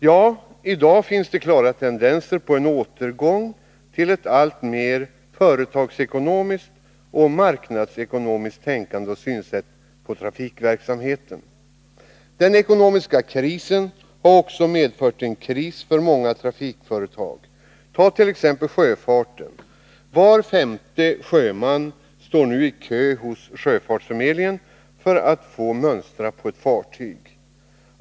Ja, i dag finns klara tendenser till en återgång till ett alltmer företagsekonomiskt och marknadsekonomiskt tänkande och synsätt på trafikverksamheten. Den ekonomiska krisen har också medfört en kris för många trafikföretag. sjöfarten! Var femte sjöman står nu i kö hos sjöfartsförmedlingen för att få mönstra på ett fartyg.